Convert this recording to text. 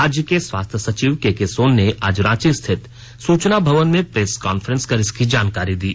राज्य के स्वास्थ्य सचिव केके सोन ने आज रांची स्थित सूचना भवन में प्रेस कॉन्फ्रेंस कर इसकी जानकारी दी